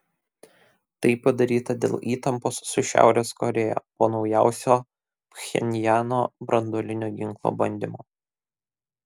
tai padaryta dėl įtampos su šiaurės korėja po naujausio pchenjano branduolinio ginklo bandymo